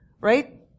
right